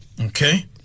Okay